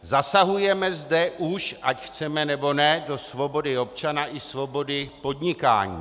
Zasahujeme zde už, ať chceme, nebo ne, do svobody občana i svobody podnikání.